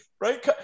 right